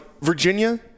Virginia